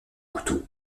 couteau